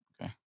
Okay